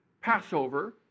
Passover